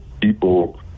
people